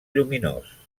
lluminós